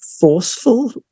forceful